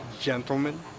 gentlemen